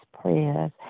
prayers